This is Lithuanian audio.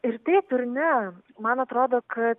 ir taip ir ne man atrodo kad